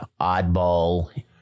oddball